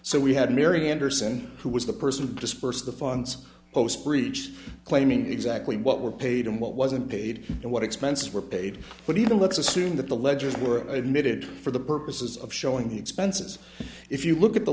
so we had mary anderson who was the person dispersed the funds post breach claiming exactly what were paid and what wasn't paid and what expenses were paid but even looks assumed that the ledgers were admitted for the purposes of showing expenses if you look at the